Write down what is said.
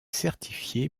certifié